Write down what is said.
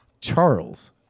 Charles